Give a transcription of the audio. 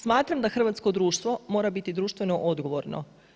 Smatram da hrvatsko društvo mora biti društveno odgovorno.